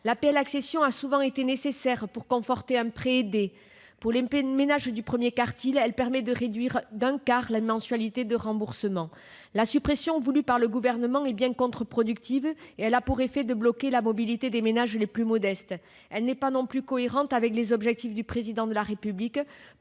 Cette aide a souvent été nécessaire pour conforter un prêt aidé ; pour les ménages du premier quartile, elle permet de réduire d'un quart les mensualités de remboursement. Sa suppression, voulue par le Gouvernement, est bien contre-productive : elle a pour effet de bloquer la mobilité des ménages les plus modestes. Elle n'est pas non plus cohérente avec les objectifs du Président de la République,